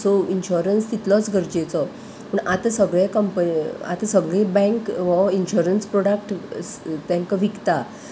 so insurance तितलोच गरजेचो पूण आतां सगळे कंपनी आतां सगळी बँक हो इन्श्योरस प्रोडक्ट तांकां विकता